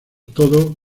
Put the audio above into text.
todo